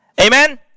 Amen